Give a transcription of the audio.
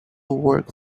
work